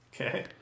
Okay